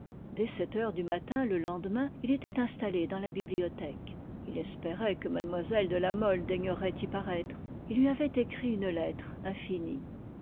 dès sept heures du matin le lendemain il était installé dans la bibliothèque il espérait que mlle de la mole daignerait y paraître il lui avait écrit une lettre infinie